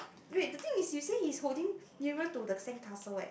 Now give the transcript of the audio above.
wait the thing is you say is holding nearer to the sandcastle eh